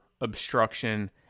obstruction